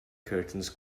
curtains